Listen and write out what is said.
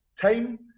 time